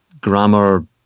grammar